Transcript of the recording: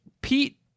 pete